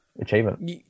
achievement